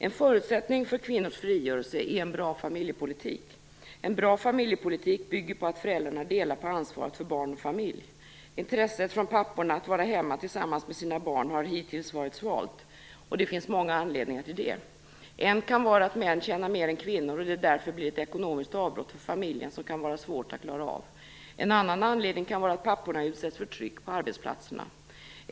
En förutsättning för kvinnors frigörelse är en bra familjepolitik. En bra familjepolitik bygger på att föräldrarna delar på ansvaret för barn och familj. Intresset från papporna att vara hemma tillsammans med sina barn har hittills varit svalt. Det finns många anledningar till det. En kan vara att män tjänar mer än kvinnor, och att det därför blir ett ekonomiskt avbrott för familjen som kan vara svårt att klara av. En annan anledning kan vara att papporna utsätts för tryck på arbetsplatserna.